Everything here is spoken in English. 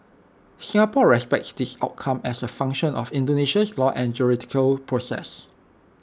Singapore respects this outcome as A function of Indonesia's laws and judicial process